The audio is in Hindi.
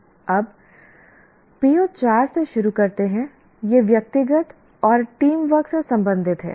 अब PO4 से शुरू करते हैं यह व्यक्तिगत और टीम वर्क से संबंधित है